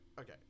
okay